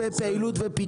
במרכז 120 שקלים למטר,